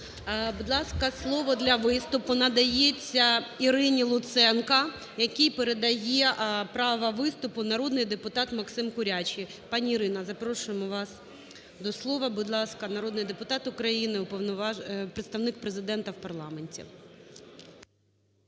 Будь ласка, слово для виступу надається Ірині Луценко, якій передає право виступу народний депутат Максим Курячий. Пані Ірина, запрошуємо вас до слова. Будь ласка, народний депутат України, Представник Президента в парламенті.